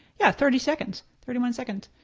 yeah, thirty seconds, thirty one seconds.